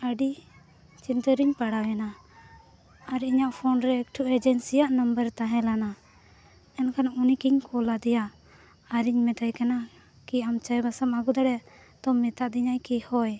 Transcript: ᱟᱹᱰᱤ ᱪᱤᱱᱛᱟᱹ ᱨᱮᱧ ᱯᱟᱲᱟᱣᱮᱱᱟ ᱟᱨ ᱤᱧᱟᱹᱜ ᱨᱮ ᱮᱠᱴᱩ ᱼᱟᱜ ᱛᱟᱦᱮᱸ ᱞᱮᱱᱟ ᱮᱱᱠᱷᱟᱱ ᱩᱱᱤᱜᱮᱧ ᱟᱫᱮᱭᱟ ᱟᱨᱤᱧ ᱢᱮᱛᱟᱭ ᱠᱟᱱᱟ ᱠᱤ ᱟᱢ ᱪᱟᱭᱵᱟᱥᱟᱢ ᱟᱹᱜᱩ ᱫᱟᱲᱮᱭᱟᱜᱼᱟ ᱛᱳ ᱢᱮᱛᱟ ᱫᱮᱧᱟᱭ ᱠᱤ ᱦᱚᱭ